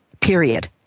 period